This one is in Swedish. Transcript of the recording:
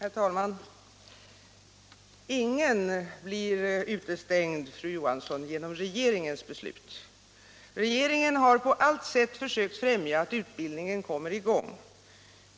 Herr talman! Ingen blir utestängd, fru Johansson i Tidaholm, genom regeringens beslut. Regeringen har på allt sätt sökt främja att utbildningen kommer i gång.